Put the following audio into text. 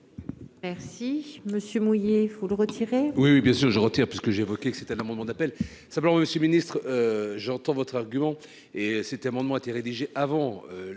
Merci monsieur mouillé, il faut le retirer. Oui, oui, bien sûr, je retire parce que j'ai évoqué que c'était un moment d'appel simplement Monsieur le Ministre, j'entends votre argument et cet amendement a été rédigé avant la